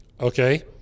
Okay